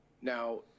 now